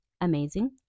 Amazing